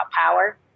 power